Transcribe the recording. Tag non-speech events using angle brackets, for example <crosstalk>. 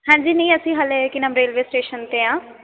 ਹਾਂਜੀ ਨਹੀਂ ਅਸੀਂ ਹਾਲੇ <unintelligible> ਰੇਲਵੇ ਸਟੇਸ਼ਨ 'ਤੇ ਹਾਂ